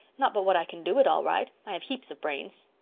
not but what i can do it, all right. i have heaps of brains.